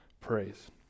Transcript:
praise